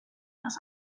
this